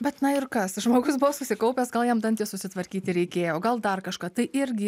bet na ir kas žmogus buvo susikaupęs gal jam dantis susitvarkyti reikėjo gal dar kažką tai irgi